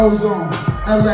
Ozone